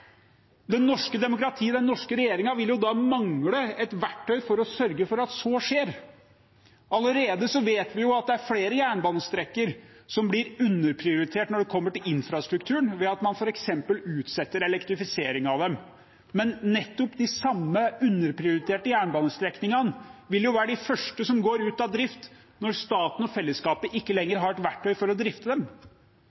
Det norske demokratiet og den norske regjeringen vil jo da mangle et verktøy for å sørge for at så skjer. Allerede vet vi at det er flere jernbanestrekninger som blir underprioritert når det kommer til infrastrukturen, ved at man f.eks. utsetter elektrifisering av dem. Men nettopp de samme underprioriterte jernbanestrekningene vil jo være de første som går ut av drift når staten og fellesskapet ikke